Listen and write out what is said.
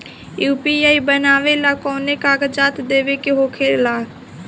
UPI बनावेला कौनो कागजात देवे के होखेला का?